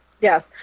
Yes